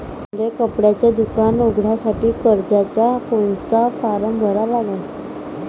मले कपड्याच दुकान उघडासाठी कर्जाचा कोनचा फारम भरा लागन?